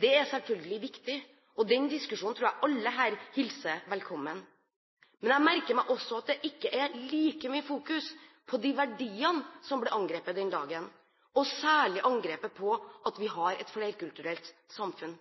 Det er selvfølgelig viktig, og den diskusjonen tror jeg alle her hilser velkommen. Men jeg merker meg også at det ikke er like mye fokus på de verdiene som ble angrepet den dagen, og særlig angrepet på at vi har et flerkulturelt samfunn.